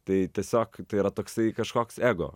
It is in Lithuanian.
tai tiesiog tai yra toksai kažkoks ego